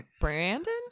Brandon